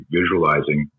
visualizing